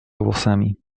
włosami